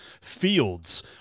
fields